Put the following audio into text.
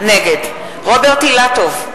נגד רוברט אילטוב,